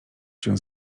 się